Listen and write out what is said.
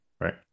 right